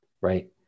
right